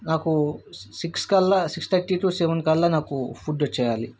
నాకు సిక్స్ కల్లా six thirty to seven కల్లా నాకు ఫుడ్ వచ్చేయాలి